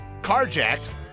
carjacked